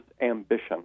ambition